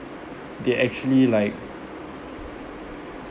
they actually like